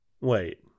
Wait